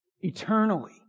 Eternally